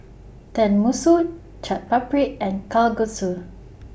Tenmusu Chaat Papri and Kalguksu